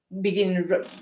begin